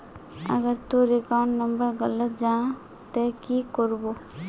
अगर तोर account number गलत जाहा ते की करबो?